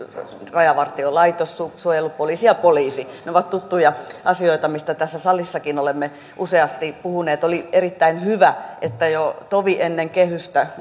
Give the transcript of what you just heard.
rajavartiolaitos suojelupoliisi ja poliisi ne ovat tuttuja asioita mistä tässä salissakin olemme useasti puhuneet oli erittäin hyvä että jo tovi ennen kehystä